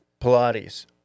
Pilates